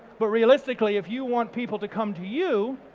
but realistically if you want people to come to you,